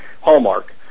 Hallmark